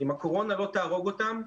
אם הקורונה לא תהרוג אותם,